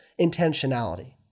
intentionality